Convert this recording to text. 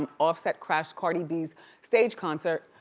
um offset crashed cardi b's stage concert,